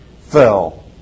fell